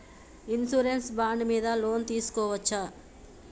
Insurance bond మీద loan తీస్కొవచ్చా?